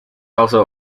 also